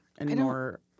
anymore